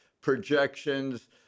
projections